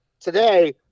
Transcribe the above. today